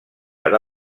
per